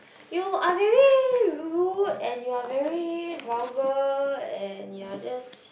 you are very rude and you are very vulgar and you are just